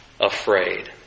afraid